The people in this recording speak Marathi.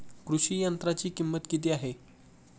कृषी यंत्राची किंमत किती आहे?